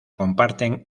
comparten